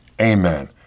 amen